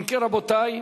אם כן, רבותי,